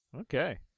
Okay